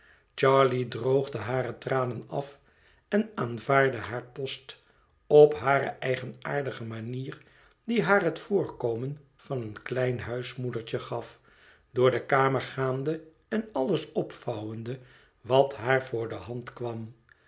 droogde hare tranen af en aanvaardde haar post op hare eigenaardige manier die haar het voorkomen van een kleinhuismoedertje gaf door de kamer gaande en alles opvouwende wat haar voor de hand kwam